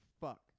fuck